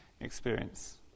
experience